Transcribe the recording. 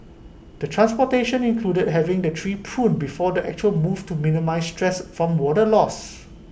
the transplantation included having the tree pruned before the actual move to minimise stress from water loss